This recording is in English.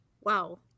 Wow